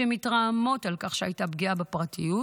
שמתרעמות על כך שהייתה פגיעה בפרטיות